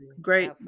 great